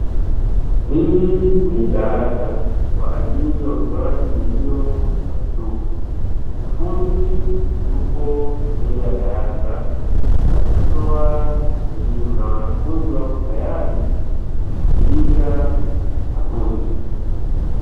Hili ni darasa kwa ajili ya utoaji wa elimu ya vyuo. Mkufunzi yupo mbele ya darasa akitoa elimu, na wanafunzi wako tayari kumsikiliza mkufunzi.